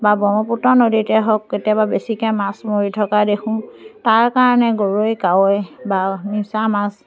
বা ব্ৰহ্মপুত্ৰ নদীতে হওক কেতিয়াবা বেছিকৈ মাছ মাৰি থকা দেখোঁ তাৰ কাৰণে গৰৈ কাৱৈ বা মিছামাছ